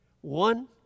One